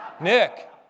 Nick